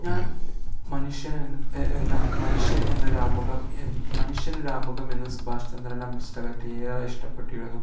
ഞാൻ മനുഷ്യന് എന്ന മനുഷ്യൻ മനുഷ്യനൊരാമുഖം എന്ന സുഭാഷ്ചന്ദ്രൻ്റെ പുസ്തകത്തെ ഏറെ ഇഷ്ടപ്പെട്ടിരുന്നു